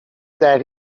that